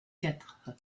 quatre